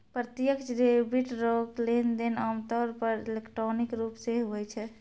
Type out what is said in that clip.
प्रत्यक्ष डेबिट रो लेनदेन आमतौर पर इलेक्ट्रॉनिक रूप से हुवै छै